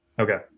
Okay